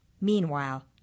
Meanwhile